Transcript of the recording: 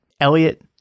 Elliot